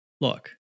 Look